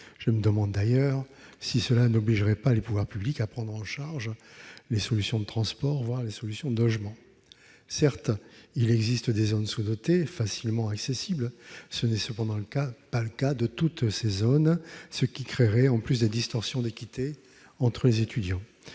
Je me demande d'ailleurs si cela n'obligerait pas les pouvoirs publics à prendre en charge les solutions de transport, voire le logement de ces étudiants. Certes, il existe des zones sous-dotées facilement accessibles, mais ce n'est pas le cas de toutes ces zones. Cela créerait donc des distorsions d'équité entre les étudiants.